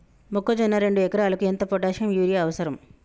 మొక్కజొన్న రెండు ఎకరాలకు ఎంత పొటాషియం యూరియా అవసరం?